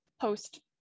post